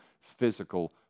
physical